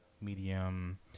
medium